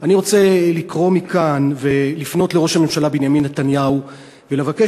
אני רוצה לקרוא מכאן ולפנות אל ראש הממשלה בנימין נתניהו ולבקש